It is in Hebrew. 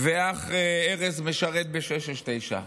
והאח ארז משרת ב-669.